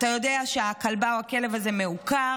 אתה יודע שהכלבה או הכלב מעוקרים.